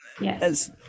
Yes